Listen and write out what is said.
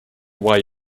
why